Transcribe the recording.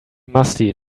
musty